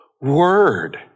word